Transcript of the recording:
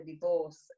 divorce